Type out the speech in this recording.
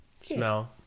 Smell